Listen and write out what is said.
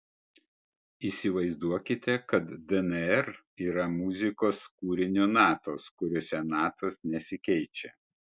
įsivaizduokite kad dnr yra muzikos kūrinio natos kuriose natos nesikeičia